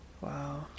Wow